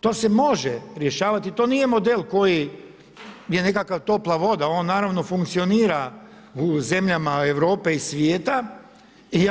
To se može rješavati, to nije model koji je nekakva topla voda, on naravno funkcionira u zemljama Europe i svijeta i